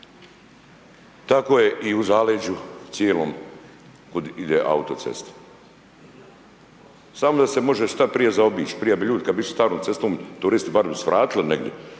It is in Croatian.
tako je i u zaleđu cijelom kud ide autocesta. Samo da se može šta prije zaobići, prije bi ljudi kad su išli starom cestom, turisti barem svratili negdje,